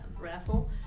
raffle